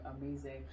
amazing